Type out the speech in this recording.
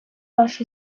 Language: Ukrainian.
ваш